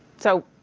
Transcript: so,